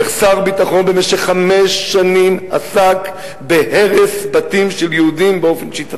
איך שר ביטחון במשך חמש שנים עסק בהרס בתים של יהודים באופן שיטתי,